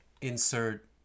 Insert